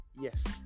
Yes